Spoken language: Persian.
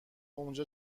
اونجا